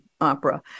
opera